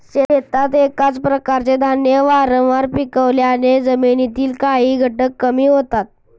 शेतात एकाच प्रकारचे धान्य वारंवार पिकवल्याने जमिनीतील काही घटक कमी होतात